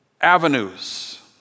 avenues